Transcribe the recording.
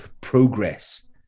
progress